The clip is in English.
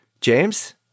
James